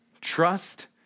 Trust